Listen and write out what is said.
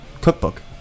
cookbook